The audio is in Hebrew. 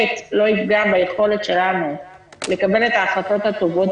לא יפגע ביכולת שלנו לקבל את ההחלטות הטובות